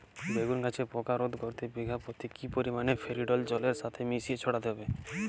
বেগুন গাছে পোকা রোধ করতে বিঘা পতি কি পরিমাণে ফেরিডোল জলের সাথে মিশিয়ে ছড়াতে হবে?